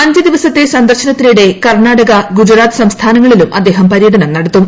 അഞ്ച് ദിവസത്തെ സന്ദർശനത്തിനിടെ കർണ്ണാടക ഗുജറാത്ത് സംസ്ഥാനങ്ങളിലും അദ്ദേഹം പര്യാടനം നടത്തും